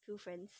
few friends